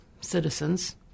citizens